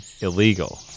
illegal